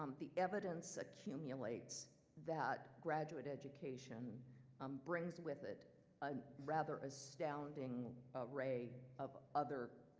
um the evidence accumulates that graduate education um brings with it a rather astounding array of other